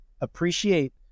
appreciate